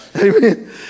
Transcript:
Amen